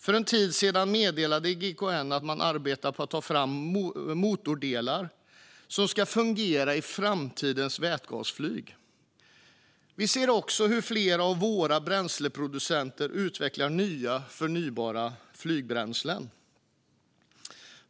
För en tid sedan meddelade GKN att man arbetar på att ta fram motordelar som ska fungera i framtidens vätgasflyg. Vi ser också hur flera av våra bränsleproducenter utvecklar nya förnybara flygbränslen.